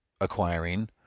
acquiring